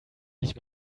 sich